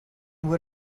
would